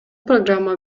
программа